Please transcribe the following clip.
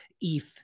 eth